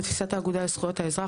לתפיסת האגודה לזכויות האזרח,